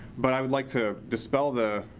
but i would like to dispel the,